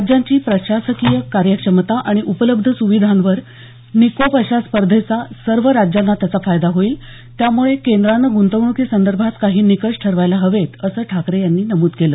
राज्याची प्रशासकीय कार्यक्षमता आणि उपलब्ध सुविधांवर निकोप अशा स्पधेचा सर्व राज्यांना त्याचा फायदा होईल त्यामुळे केंद्रानं गुंतवणुकी संदर्भात काही निकष ठरवायला हवेत असं ठाकरे यांनी नमूद केलं